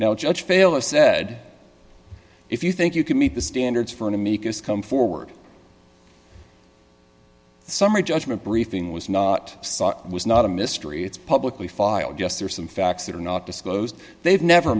no judge fail or said if you think you can meet the standards for an amicus come forward summary judgment briefing was not was not a mystery it's publicly filed yes there are some facts that are not disclosed they've never